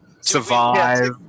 survive